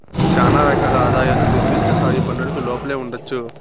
శానా రకాల ఆదాయాలు నిర్దిష్ట స్థాయి పన్నులకు లోపలే ఉండొచ్చు